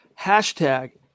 hashtag